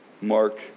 Mark